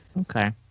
Okay